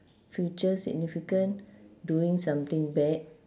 future significant doing something bad